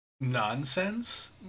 nonsense